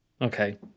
okay